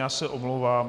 Já se omlouvám.